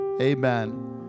Amen